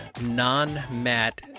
non-mat